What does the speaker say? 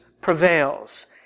prevails